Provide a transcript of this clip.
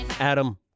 Adam